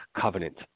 covenant